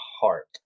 heart